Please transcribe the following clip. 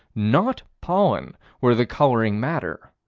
not pollen, were the coloring matter.